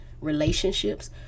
relationships